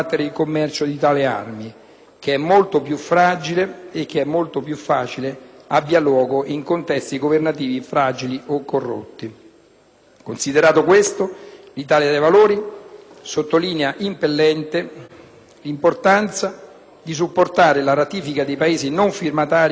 Considerato questo, l'Italia dei Valori sottolinea l'impellente importanza di supportare la ratifica di Paesi non firmatari come la Corea del Nord, la Siria, il Libano e l'Iraq, e di quelli firmatari che però non hanno ancora ratificato, in particolare Israele e Myanmar.